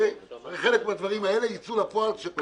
חלק מהדברים האלה יצאו לפועל כשהכללים ייקבעו.